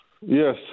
Yes